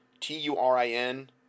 t-u-r-i-n